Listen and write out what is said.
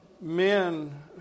men